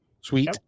Sweet